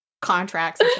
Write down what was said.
contracts